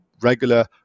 regular